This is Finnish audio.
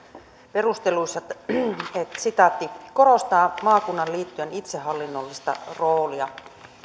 perusteluissa että korostaa maakunnan liittojen itsehallinnollista roolia